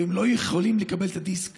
והם לא יכולים לקבל את הדיסק